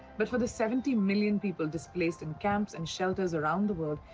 but for the seventy million people displaced in camps and shelters around the world,